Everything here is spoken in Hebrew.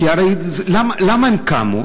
למה הן קמו?